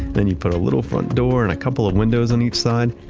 then you put a little front door and a couple of windows on each side?